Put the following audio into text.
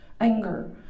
anger